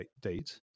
date